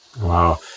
Wow